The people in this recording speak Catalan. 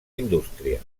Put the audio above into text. indústria